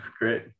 great